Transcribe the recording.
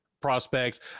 prospects